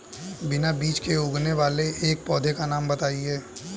बिना बीज के उगने वाले एक पौधे का नाम बताइए